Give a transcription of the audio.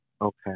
Okay